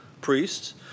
priests